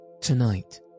Tonight